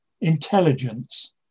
intelligence